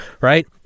right